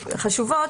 חשובות.